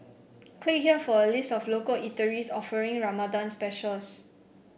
click here for a list of local eateries offering Ramadan specials